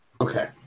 Okay